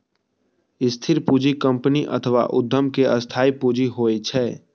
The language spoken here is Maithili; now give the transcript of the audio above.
स्थिर पूंजी कंपनी अथवा उद्यम के स्थायी पूंजी होइ छै